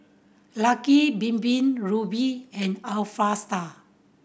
Lucky Bin Bin Rubi and Alpha Star